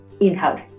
in-house